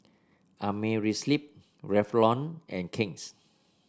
Amerisleep Revlon and King's